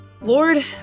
Lord